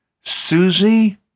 Susie